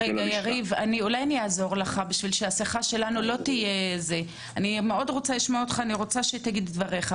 יריב, דבר אתי על האתגרים שלך,